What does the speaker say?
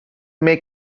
may